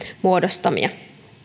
muodostamia